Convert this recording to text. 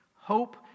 Hope